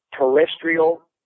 terrestrial